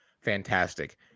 fantastic